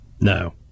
No